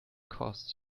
cost